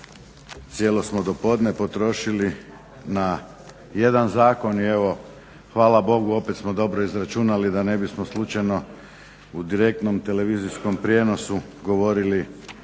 Cijelo smo do podne potrošili na jedan zakon i hvala Bogu opet smo dobro izračunali da ne bismo slučajno u direktnom televizijskom prijenosu govorili